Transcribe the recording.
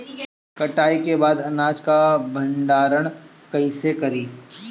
कटाई के बाद अनाज का भंडारण कईसे करीं?